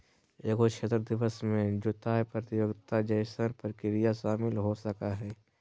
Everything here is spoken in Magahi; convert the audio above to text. एगो क्षेत्र दिवस में जुताय प्रतियोगिता जैसन कार्यक्रम शामिल हो सकय हइ